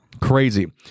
Crazy